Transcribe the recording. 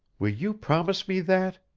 will you promise me that?